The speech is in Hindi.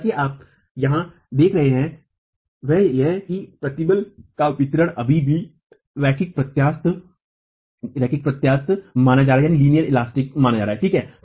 हालाँकि आप यहाँ जो देखते हैं वह यह है कि प्रतिबल का वितरण अभी भी रैखिक प्रत्यास्थ माना जाता है ठीक है